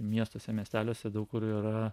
miestuose miesteliuose daug kur yra